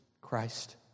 Christ